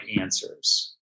answers